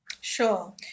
Sure